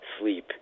sleep